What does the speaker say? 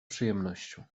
przyjemnością